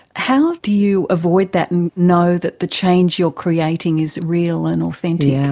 how do you avoid that and know that the change you're creating is real and authentic? yeah